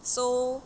so